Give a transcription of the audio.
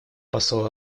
посол